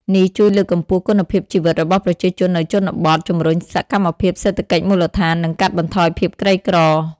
នេះជួយលើកកម្ពស់គុណភាពជីវិតរបស់ប្រជាជននៅជនបទ ជំរុញសកម្មភាពសេដ្ឋកិច្ចមូលដ្ឋាន និងកាត់បន្ថយភាពក្រីក្រ។